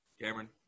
Cameron